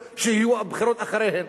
שהבחירות יהיו אחריהם,